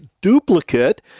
duplicate